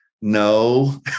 No